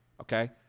Okay